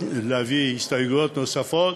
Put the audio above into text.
להביא הסתייגויות נוספות,